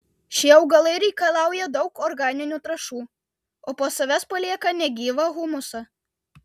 šie augalai reikalauja daug organinių trąšų o po savęs palieka negyvą humusą